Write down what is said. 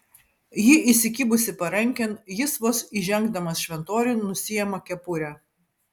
ji įsikibusi parankėn jis vos įžengdamas šventoriun nusiima kepurę